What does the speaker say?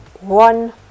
one